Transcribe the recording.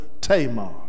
Tamar